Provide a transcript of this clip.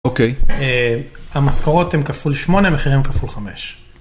אוקיי. המשכורות הם כפול 8, המחירים כפול 5.